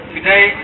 Today